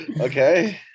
okay